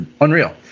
unreal